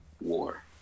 war